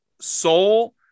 Soul